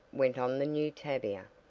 went on the new tavia,